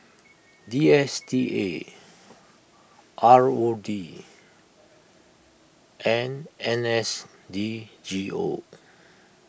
D S T A R O D and N S D G O